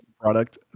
product